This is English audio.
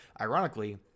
ironically